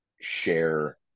share